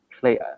play